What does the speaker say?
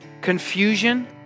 confusion